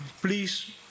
please